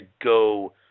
go